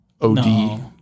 OD